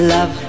Love